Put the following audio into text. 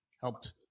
helped